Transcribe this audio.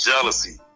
Jealousy